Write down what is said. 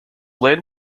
land